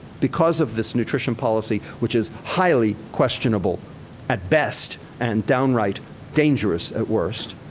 because of this nutrition policy, which is highly questionable at best and downright dangerous at worst,